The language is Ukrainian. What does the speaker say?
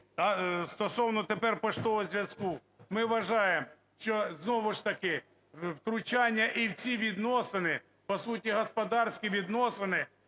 стосовно тепер поштового зв'язку. Ми вважаємо, що знову ж таки втручання і в ці відносини, по суті, господарські відносини